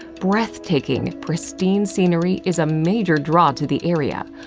breathtaking, pristine scenery is a major draw to the area,